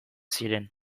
ziren